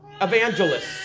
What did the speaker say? evangelists